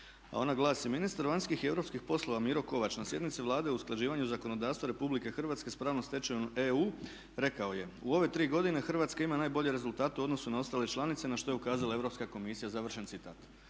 a ona glasi: "Ministar vanjskih i europskih poslova Miro Kovač na sjednici Vlade o usklađivanju zakonodavstva Republike Hrvatske s pravnom stečevinom EU rekao je u ove tri godine Hrvatska ima najbolje rezultate u odnosu na ostale članice na što je ukazala Europska komisija.", završen citat.